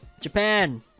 japan